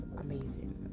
amazing